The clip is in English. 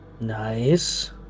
Nice